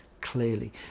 clearly